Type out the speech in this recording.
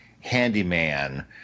handyman